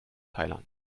thailand